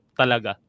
talaga